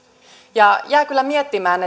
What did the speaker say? jään kyllä miettimään